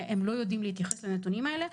שהם לא יודעים להתייחס לנתונים האלה,